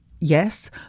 yes